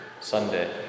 Sunday